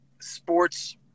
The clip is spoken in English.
sports